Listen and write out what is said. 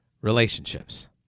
relationships